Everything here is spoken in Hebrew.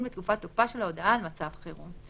בתקופת תוקפה של ההודעה על מצב חירום.